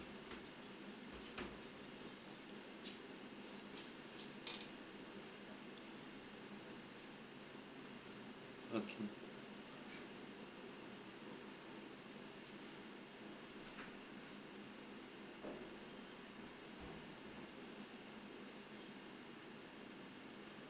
okay